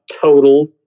total